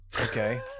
Okay